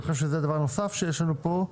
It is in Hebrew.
אני חושב שזה הדבר הנוסף שיש לנו כאן.